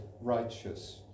righteous